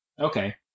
Okay